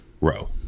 row